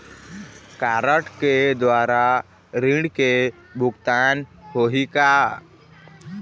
Card के द्वारा ऋण के भुगतान होही का?